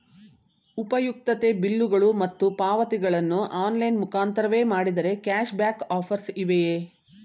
ಉಪಯುಕ್ತತೆ ಬಿಲ್ಲುಗಳು ಮತ್ತು ಪಾವತಿಗಳನ್ನು ಆನ್ಲೈನ್ ಮುಖಾಂತರವೇ ಮಾಡಿದರೆ ಕ್ಯಾಶ್ ಬ್ಯಾಕ್ ಆಫರ್ಸ್ ಇವೆಯೇ?